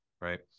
right